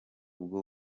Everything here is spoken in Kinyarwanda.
bwo